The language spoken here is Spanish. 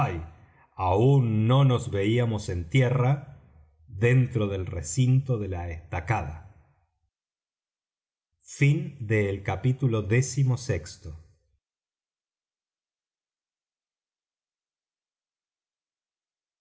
aún no nos veíamos en tierra dentro del recinto de la estacada capítulo